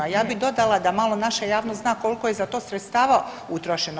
Ja bih dodala da malo naša javnost zna koliko je za to sredstava utrošeno.